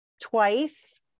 twice